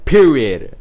Period